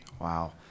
wow